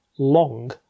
long